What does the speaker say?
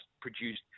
produced